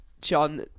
John